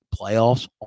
playoffs